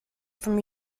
from